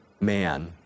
man